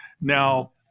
Now